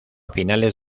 finales